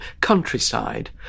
countryside